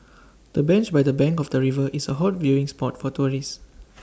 the bench by the bank of the river is A hot viewing spot for tourists